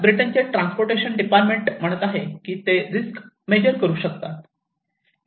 आता ब्रिटनचे transportation department म्हणत आहे की ते रिस्क मेजर करू शकतात